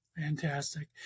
Fantastic